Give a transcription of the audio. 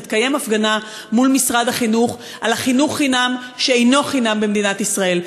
תתקיים הפגנה מול משרד החינוך על החינוך-חינם שאינו חינם במדינת ישראל.